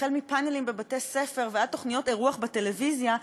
מפאנלים בבתי-ספר ועד תוכניות אירוח בטלוויזיה,